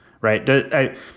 right